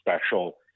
special